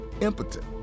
impotent